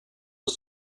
was